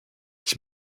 ich